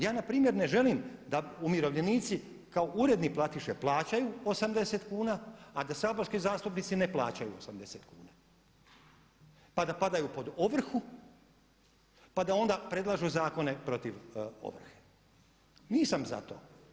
Ja npr. ne želim da umirovljenici kao uredni platiše plaćaju 80 kuna a da saborski zastupnici ne plaćaju 80 kuna pa da padaju pod ovrhu pa da onda predlažu zakone protiv, nisam za to.